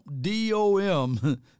D-O-M